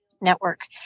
network